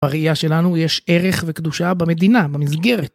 בראייה שלנו יש ערך וקדושה במדינה, במסגרת.